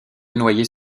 noyers